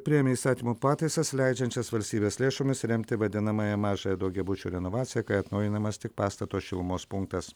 priėmė įstatymo pataisas leidžiančias valstybės lėšomis remti vadinamąją mažąją daugiabučių renovaciją kai atnaujinamas tik pastato šilumos punktas